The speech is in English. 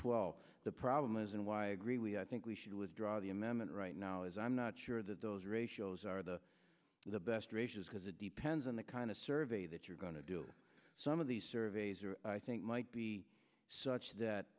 twelve the problem is and why i agree we i think we should withdraw the amendment right now as i'm not sure that those ratios are the best because it depends on the kind of survey that you're going to do some of these surveys i think might be such that